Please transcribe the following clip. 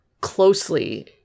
closely